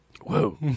Whoa